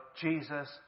Jesus